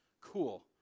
Cool